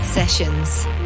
sessions